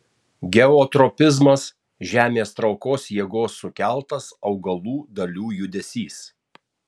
geotropizmas žemės traukos jėgos sukeltas augalų dalių judesys